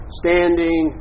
standing